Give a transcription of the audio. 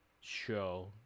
show